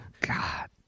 God